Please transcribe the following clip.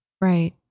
right